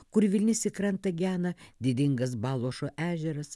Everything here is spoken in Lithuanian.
kur vilnis į krantą gena didingas baluošo ežeras